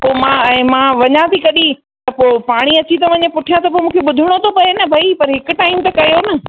पोइ मां ऐं मां वञां थी कॾहिं त पोइ पाणी अची थो वञे पुठियां त पोइ मूंखे ॿुधणो थो पए न भई पर हिकु टाइम त कयो न